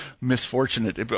misfortunate